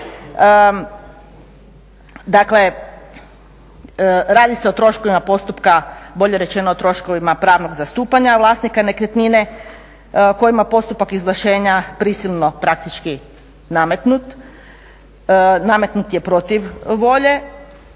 Dakle, radi se o troškovima postupka, bolje rečeno o troškovima pravnog zastupanja vlasnika nekretnine kojima je postupak izvlaštenja prisilno praktički nametnut, nametnut je protiv volje